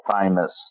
famous